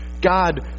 God